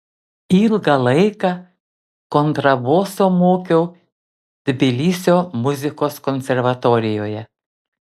ilgą laiką kontraboso mokiau tbilisio muzikos konservatorijoje